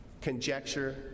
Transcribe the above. conjecture